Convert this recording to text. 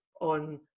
on